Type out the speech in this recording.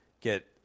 get